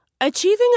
Achieving